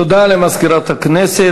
תודה למזכירת הכנסת.